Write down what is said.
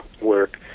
work